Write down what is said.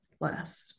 left